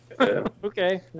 Okay